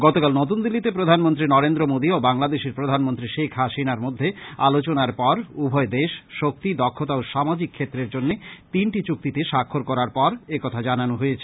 গতকাল নতুনদিল্লীতে প্রধানমন্ত্রী নরেন্দ্র মোদী ও বাংলাদেশের প্রধানমন্ত্রী শেখ হাসিনার মধ্যে আলোচনার পর উভয় দেশ শক্তি দক্ষতা ও সামাজিক ক্ষেত্রের জন্য তিনটি চুক্তিতে স্বাক্ষর করার পর একথা জানানো হয়েছে